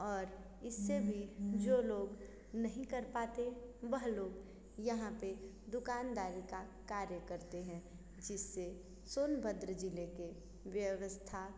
और इस से भी जो लोग नहीं कर पाए वह लोग यहाँ पर दुकानदारी का कार्य करते हैं जिस से सोनभद्र ज़िले के व्यवस्था